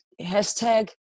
hashtag